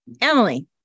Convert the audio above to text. Emily